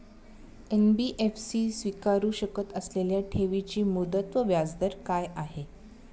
NBFC स्वीकारु शकत असलेल्या ठेवीची मुदत व व्याजदर काय आहे?